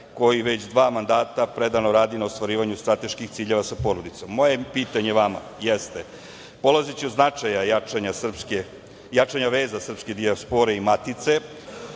koji već dva mandata predano radi na ostvarivanju strateških ciljeva sa porodicom. Moje pitanje vama jeste, polazeći od značaja jačanja veza srpske dijaspore i matice